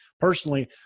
Personally